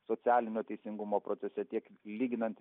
socialinio teisingumo procese tiek lyginant